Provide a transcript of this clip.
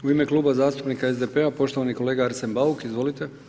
U ime Kluba zastupnika SDP-a, poštovani kolega Arsen Bauk, izvolite.